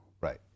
Right